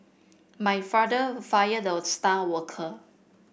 my father fired the star worker